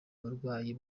uburwayi